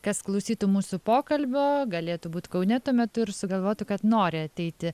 kas klausytų mūsų pokalbio galėtų būt kaune tuo metu ir sugalvoti kad nori ateiti